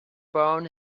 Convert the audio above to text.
brown